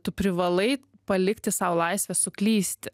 tu privalai palikti sau laisvę suklysti